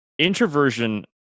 Introversion